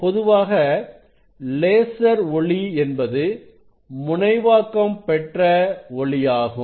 பொதுவாக லேசர் ஒளி என்பது முனைவாக்கம் பெற்ற ஒளியாகும்